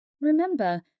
Remember